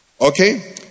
Okay